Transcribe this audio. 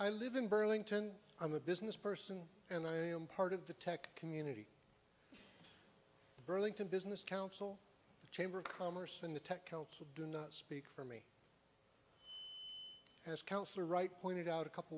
i live in burlington i'm a business person and i am part of the tech community burlington business council chamber of commerce in the tech kill kill do not speak for me as councilor right pointed out a couple